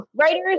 writers